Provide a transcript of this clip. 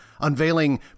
unveiling